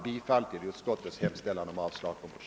Jag yrkar bifall till ut